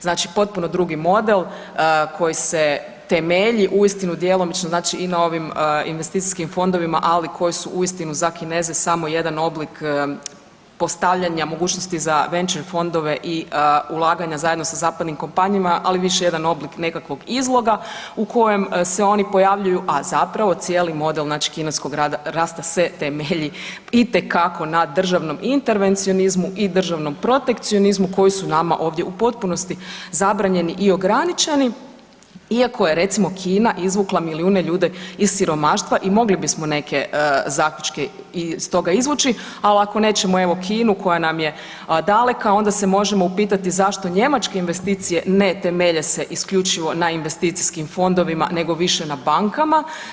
Znači potpuno drugi model koji se temelji uistinu djelomično i na ovim investicijskim fondovima, ali koji su uistinu za Kineze samo jedan oblik postavljanja mogućnosti za venčer fondove i ulaganja zajedno sa zapadnim kompanijama, ali više jedan oblik nekakvog izloga u kojem se oni pojavljuju, a zapravo cijeli model kineskog rasta se temelji itekako na državnom intervencionizmu i državnom protekcionizmu koji su nama ovdje u potpunosti zabranjeni i ograničeni, iako je recimo Kina izvukla milijuna ljudi iz siromaštva i mogli bismo neke zaključke iz toga izvući, ali ako nećemo evo Kinu koja nam je daleka onda se možemo upitati zašto njemačke investicije ne temelje se isključivo na investicijskih fondovima nego više na bankama.